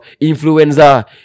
influenza